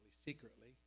Secretly